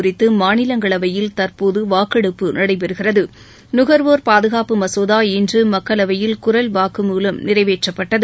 குறித்து மாநிலங்களவையில் தற்போது வாக்கெடுப்பு நடைபெறுகிறது நுகர்வோர் பாதுகாப்பு மசோதா இன்று மக்களவையில் குரல் வாக்கு மூலம் நிறைவேற்றப்பட்டது